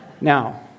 now